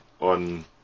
On